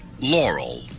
Laurel